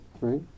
right